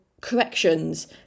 corrections